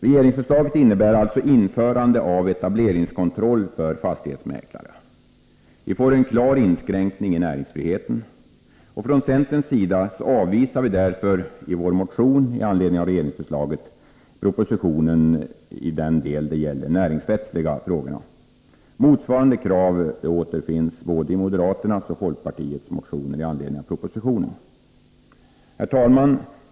Regeringsförslaget innebär alltså införande av etableringskontroll för fastighetsmäklare. Vi får en klar inskränkning i näringsfriheten. I vår motion med anledning av regeringsförslaget avvisade vi därför från centerns sida propositionen i den del som gäller de näringsrättsliga frågorna. Motsvarande krav återfinns både i moderaternas och i folkpartiets motioner med anledning av propositionen. Herr talman!